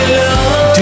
love